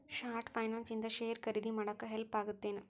short finance ಇಂದ share ಖರೇದಿ ಮಾಡಾಕ ಹೆಲ್ಪ್ ಆಗತ್ತೇನ್